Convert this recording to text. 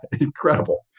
Incredible